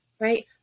right